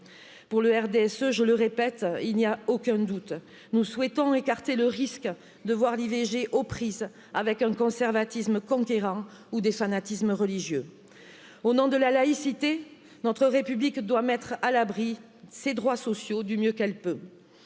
pour le d s e je le répète il n'y a aucun doute nous souhaitons écarter le risque de voir l'i V G aux prises avec un conservatisme conquérant ou des fanatismes religieux, au nom de la laïcité notre République doit mettre à l'abri des droits sociaux du mieux qu'elle peut